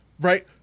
right